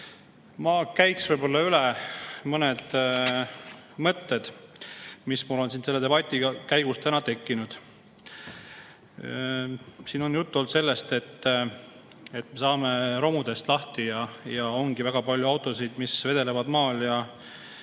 Ma käiks üle mõned mõtted, mis mul on selle debati käigus täna tekkinud. Siin on juttu olnud sellest, et me saame romudest lahti, ja ongi väga palju autosid, mis vedelevad maal, ja